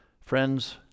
Friends